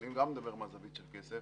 גם אני מדבר מהזווית של כסף,